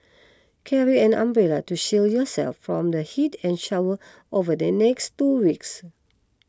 carry an umbrella to shield yourself from the heat and shower over the next two weeks